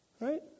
Right